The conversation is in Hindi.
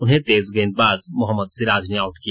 उन्हें तेज गेंदबाज मोहम्मद सिराज ने आउट किया